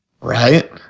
Right